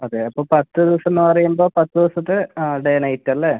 അതെ അപ്പോൾ പത്ത് ദിവസമെന്ന് പറയുമ്പോൾ പത്ത് ദിവസത്തെ ആ ഡേ നൈറ്റ് അല്ലേ